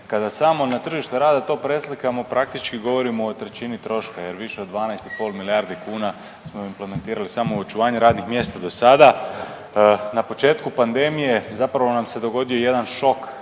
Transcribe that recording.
Kada samo na tržište rada to preslikamo praktički govorimo o trećini troška, jer više od 12 i pol milijardi kuna smo implementirali samo u očuvanje radnih mjesta do sada. Na početku pandemije zapravo nam se dogodio jedan šok